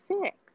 six